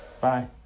Bye